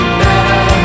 better